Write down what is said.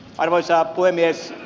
arvoisa puhemies